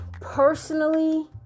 personally